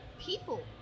people